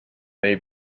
may